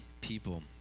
people